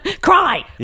Cry